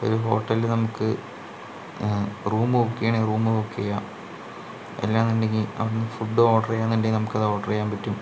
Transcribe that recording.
ഇപ്പോൾ ഒരു ഹോട്ടലില് നമുക്ക് റൂം ബുക്ക് ചെയ്യണമെങ്കിൽ റൂമ് ബുക്ക് ചെയ്യാം അല്ലാന്നുണ്ടെങ്കിൽ അവിടുന്ന് ഫുഡ് ഓർഡറ് ചെയ്യണം എന്നുണ്ടെങ്കിൽ നമുക്ക് അത് ഓർഡർ ചെയ്യാൻ പറ്റും